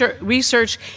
research